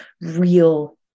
real